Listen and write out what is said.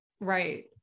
Right